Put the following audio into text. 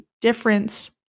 difference